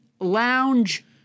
lounge